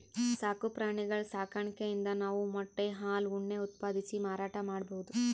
ಸಾಕು ಪ್ರಾಣಿಗಳ್ ಸಾಕಾಣಿಕೆಯಿಂದ್ ನಾವ್ ಮೊಟ್ಟೆ ಹಾಲ್ ಉಣ್ಣೆ ಉತ್ಪಾದಿಸಿ ಮಾರಾಟ್ ಮಾಡ್ಬಹುದ್